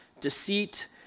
deceit